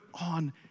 on